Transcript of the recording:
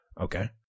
Okay